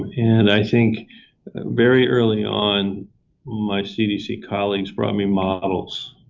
and i think very early on my cdc colleagues brought me models.